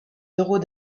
d’euros